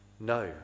No